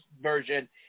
version